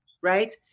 right